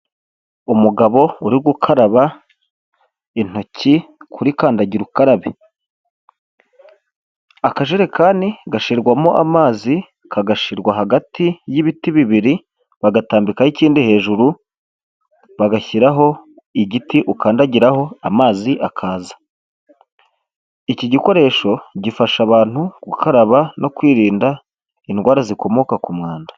Umugabo uri gukaraba intoki kuri kandagira ukarabe. Akajerekani gashirwamo amazi, kagashirwa hagati y'ibiti bibiri, bagatambikaho ikindi hejuru, bagashyi igiti ukandagiraho amazi akaza. Iki gikoresho gifasha abantu gukaraba no kwirinda indwara zikomoka ku mwanda.